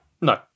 No